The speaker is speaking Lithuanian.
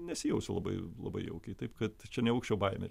nesijausiu labai labai jaukiai taip kad čia ne aukščio baimė